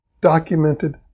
documented